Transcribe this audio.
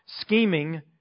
scheming